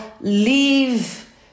leave